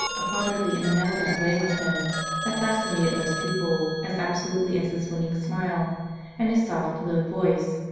a fatherly and benevolent way with him that fascinated most people as abso lutely as his winning smile and his soft, low voice.